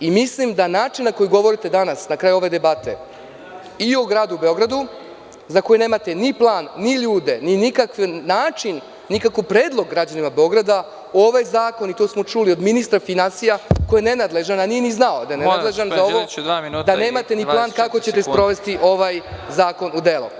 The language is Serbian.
Mislim da način na koji govorite danas, na kraju ove debate, i o gradu Beogradu, za koji nemate ni plan, ni ljude, ni nikakav način, nikakav predlog građanima Beograda, u ovaj zakon, i to smo čuli od ministra finansija, koji je nenadležan, a nije znao da je nenadležan, da nemate ni plan kako ćete sprovesti ovaj zakon u delu.